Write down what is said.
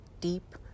deep